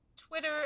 Twitter